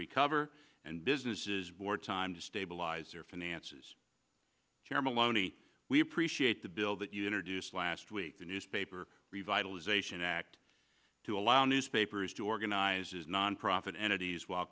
recover and businesses wartime to stabilize their finances here maloney we appreciate the bill that you introduce last week the newspaper revitalization act to allow newspapers to organize nonprofit entities while